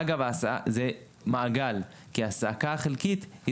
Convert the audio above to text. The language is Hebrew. אגב, זה מעגל, כי ההעסקה החלקית היא